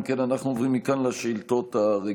אם כן, אנחנו עוברים מכאן לשאילתות הרגילות.